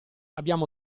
abbiamo